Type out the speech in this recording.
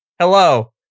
Hello